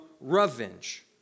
revenge